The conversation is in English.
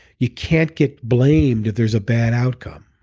you can't get blamed if there's a bad outcome,